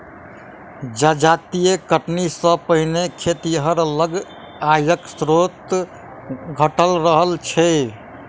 जजाति कटनी सॅ पहिने खेतिहर लग आयक स्रोत घटल रहल छै